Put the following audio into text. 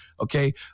okay